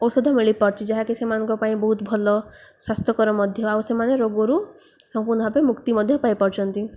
ଔଷଧ ମିଳିପାରୁଛି ଯାହାକି ସେମାନଙ୍କ ପାଇଁ ବହୁତ ଭଲ ସ୍ୱାସ୍ଥ୍ୟକର ମଧ୍ୟ ଆଉ ସେମାନେ ରୋଗରୁ ସମ୍ପୂର୍ଣ୍ଣ ଭାବେ ମୁକ୍ତି ମଧ୍ୟ ପାଇପାରୁଛନ୍ତି